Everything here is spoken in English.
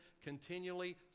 continually